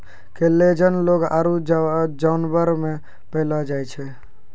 collagen लोग आरु जानवर मे पैलो जाय छै